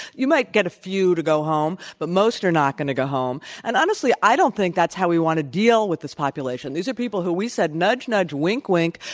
you might get a few to go home. but most are not going to go home. and honestly, i don't think that's how we want to deal with this population. these are people who we said, nudge, nudge, wink, wink,